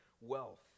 wealth